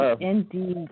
indeed